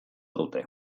dute